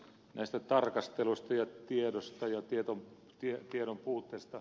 näistä tarkasteluista ja tiedosta ja tiedon puutteesta